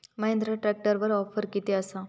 महिंद्रा ट्रॅकटरवर ऑफर किती आसा?